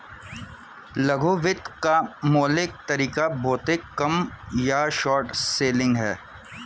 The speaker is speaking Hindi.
लघु वित्त का मौलिक तरीका भौतिक कम या शॉर्ट सेलिंग है